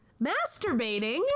Masturbating